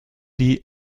die